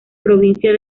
provincia